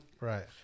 Right